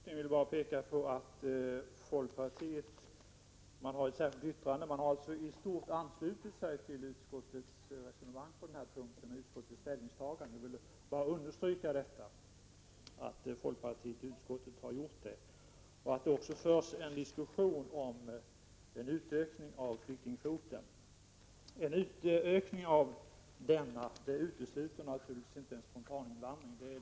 Fru talman! Beträffande flyktingkvoten vill jag peka på att folkpartiet endast har ett särskilt yttrande och i stort har anslutit sig till utskottets resonemang och ställningstagande på denna punkt. Jag vill bara understryka att folkpartiet i utskottet gjort detta och att det även förs en diskussion om en utökning av flyktingkvoten. En utökning av denna utesluter naturligtvis inte en spontaninvandring.